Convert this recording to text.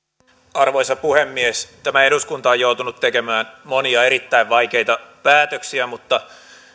arvoisa puhemies tämä eduskunta on joutunut tekemään monia erittäin vaikeita päätöksiä mutta